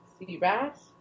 Seabass